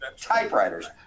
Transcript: typewriters